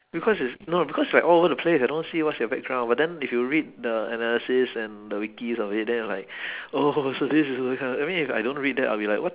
because it's no because like all over the place I don't see what's their background but then if you read the analysis and the wikis of it then I'm like oh so this is weird I mean if I don't read that I'll be like what